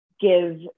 give